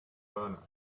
honor